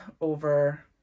over